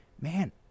man